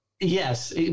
Yes